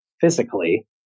physically